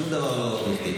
שום דבר לא מקרי.